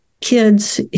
kids